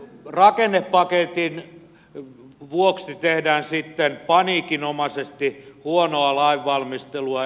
rakennepaketin vuoksi tehdään sitten paniikinomaisesti huonoa lainvalmistelua